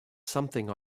something